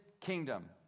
kingdom